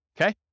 Okay